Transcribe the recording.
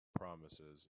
promises